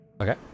okay